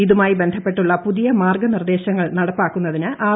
ഇതുമായി ബന്ധപ്പെട്ടുള്ള പുതിയ് മാ്ർഗ്ഗനിർദ്ദേശങ്ങൾ നടപ്പാക്കുന്നതിന് ആർ